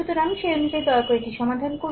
সুতরাং সেই অনুযায়ী দয়া করে এটি সমাধান করুন